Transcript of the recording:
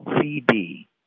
CD